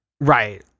Right